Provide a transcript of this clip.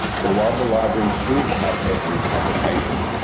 so while the library should have every publication.